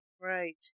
right